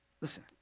Listen